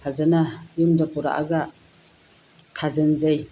ꯐꯖꯅ ꯌꯨꯝꯗ ꯄꯨꯔꯛꯑꯒ ꯊꯥꯖꯤꯟꯖꯩ